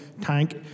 tank